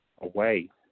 away